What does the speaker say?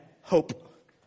hope